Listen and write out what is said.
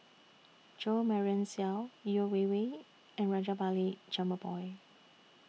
Jo Marion Seow Yeo Wei Wei and Rajabali Jumabhoy